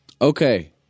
Okay